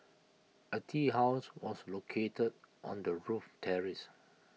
A tea house was located on the roof terrace